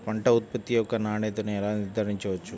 పంట ఉత్పత్తి యొక్క నాణ్యతను ఎలా నిర్ధారించవచ్చు?